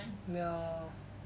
ya